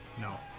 No